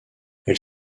elle